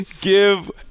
give